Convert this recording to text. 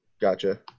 Gotcha